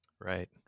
Right